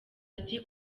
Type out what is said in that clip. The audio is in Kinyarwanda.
ati